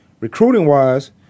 Recruiting-wise